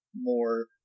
more